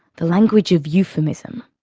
the language of euphemism.